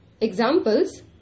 Examples